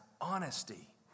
honesty